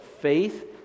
faith